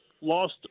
lost